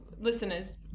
listeners